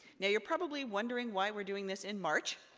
now, you're probably wondering why we're doing this in march.